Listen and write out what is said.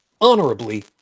honorably